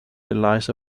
eliza